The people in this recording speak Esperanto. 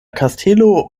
kastelo